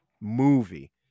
movie